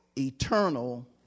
Eternal